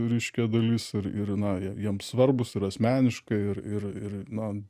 reiškia dalis ir ir na jiems svarbūs ir asmeniškai ir ir ir na